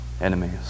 enemies